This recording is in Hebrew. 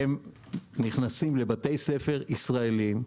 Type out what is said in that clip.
נכנסים לבתי ספר ישראלים,